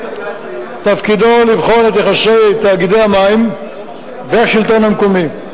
תפקידו לבחון את יחסי תאגידי המים והשלטון המקומי.